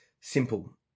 simple